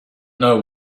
know